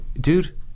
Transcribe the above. dude